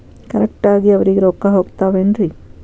Correct ಆಗಿ ಅವರಿಗೆ ರೊಕ್ಕ ಹೋಗ್ತಾವೇನ್ರಿ?